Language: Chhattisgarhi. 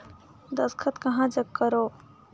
दस्खत कहा जग करो?